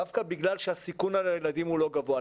דווקא בגלל שהסיכון לילדים הוא לא גבוה.